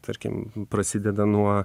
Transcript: tarkim prasideda nuo